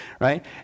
Right